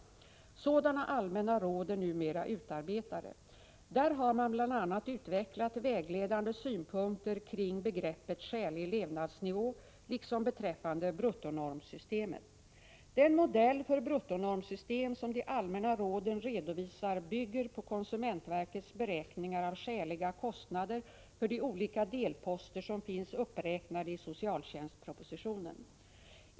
Sådana allmänna råd är numera utarbetade. Där har man bl.a. utvecklat vägledande synpunkter kring begreppet ”skälig levnadsnivå” liksom beträffande bruttonormsystemet. Den modell för bruttonormsystem som de allmänna råden redovisar bygger på konsumentverkets beräkningar av skäliga kostnader för de olika delposter som finns uppräknade i socialtjänstpropositionen.